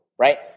Right